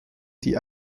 die